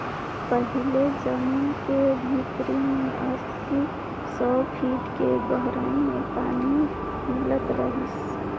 पहिले जमीन के भीतरी में अस्सी, सौ फीट के गहराई में पानी मिलत रिहिस